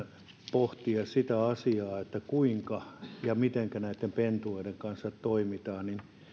pohtia sitä asiaa mitenkä näiden pentueiden kanssa toimitaan